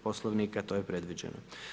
Poslovnika, to je predviđeno.